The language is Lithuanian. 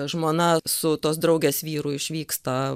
žmona su tos draugės vyru išvyksta